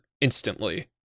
instantly